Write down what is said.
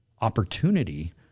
opportunity